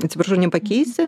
atsiprašau nepakeisi